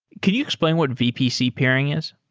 could you explain what vpc pairing is?